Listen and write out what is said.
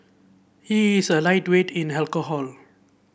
he is a lightweight in alcohol